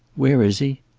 where is he?